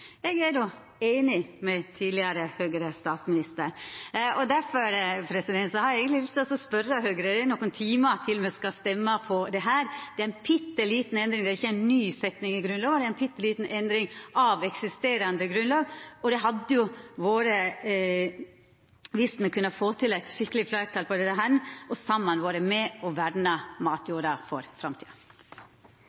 Eg er einig med tidlegare Høgre-statsminister. Difor har eg lyst til å seia til Høgre – det er nokre timer til me skal stemma over dette, og det er ikkje ei ny setning i Grunnloven, det er ei bitte lita endring av eksisterande grunnlov – at det hadde vore fint dersom me kunne få til eit skikkeleg fleirtal på dette og saman vera med og verna